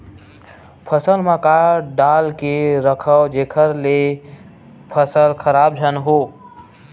फसल म का डाल के रखव जेखर से फसल खराब झन हो?